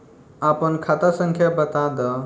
आपन खाता संख्या बताद